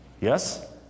yes